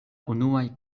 unuaj